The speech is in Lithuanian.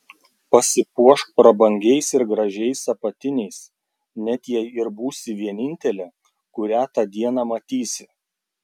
pasipuošk prabangiais ir gražiais apatiniais net jei ir būsi vienintelė kurią tą dieną matysi